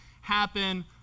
happen